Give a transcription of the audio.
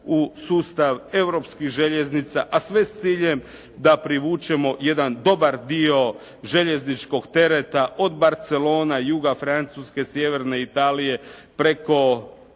u sustav europskih željeznica, a sve s ciljem da privučemo jedan dobar dio željezničkog tereta od Barcelone, juga Francuske, sjeverne Italije preko